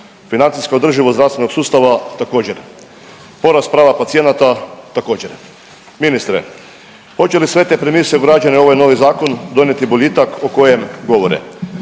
financijska održivost zdravstvenog sustava također, porast prava pacijenata također. Ministre, hoće li sve te premise ugrađene u ovaj novi zakon donijeti boljitak o kojem govore?